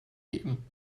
geben